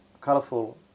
colorful